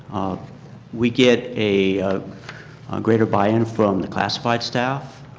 we get a greater buy-in from the classified staff.